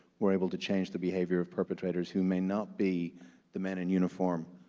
we're able to change the behavior of perpetrators who may not be the men in uniform,